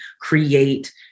create